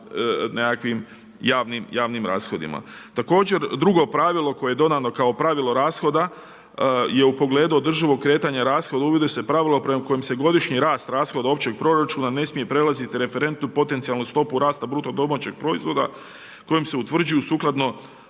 nekakvim javnim rashodima. Također drugo pravilo koje je dodano kao pravilo rashoda je u pogledu održivog kretanja rashoda uvodi se pravilo prema kojem se godišnji rast, rashod općeg proračuna ne smije prelazit referentnu potencijalnu stopu rasta bruto domaćeg proizvoda kojim se utvrđuju sukladno